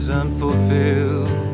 unfulfilled